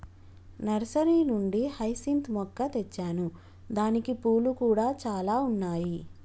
nursery నుండి hyacinth మొక్క తెచ్చాను దానికి పూలు కూడా చాల ఉన్నాయి